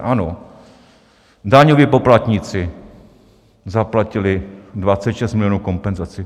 Ano, daňoví poplatníci zaplatili 26 milionů kompenzaci.